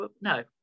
no